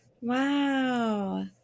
Wow